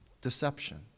deception